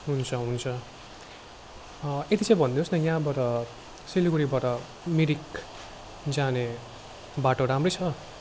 हुन्छ हुन्छ यति चाहिँ भनिदिनुहोस् न यहाँबाट सिलगढीबाट मिरिक जाने बाटो राम्रै छ